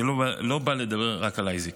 אני לא בא לדבר רק על אייזיק,